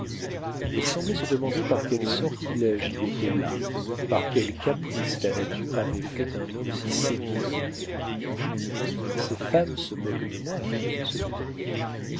elle semblait se demander par quel sortilége il était là par quel caprice la nature avait fait un homme si séduisant ces femmes se moquent de moi se